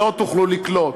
לא תוכלו לקלוט.